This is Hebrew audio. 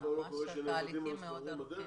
בטח גם קורה שבדרך מסמכים הולכים לאיבוד.